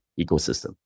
ecosystem